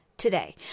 today